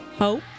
Hope